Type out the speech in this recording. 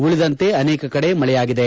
ಉಳಿದಂತೆ ಅನೇಕ ಕಡೆ ಮಳೆಯಾಗಿದೆ